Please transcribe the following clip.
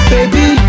Baby